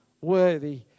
worthy